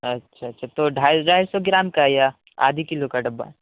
اچھا اچھا تو ڈھائی ڈھائی سو گرام کا یا آدھی کلو کا ڈبا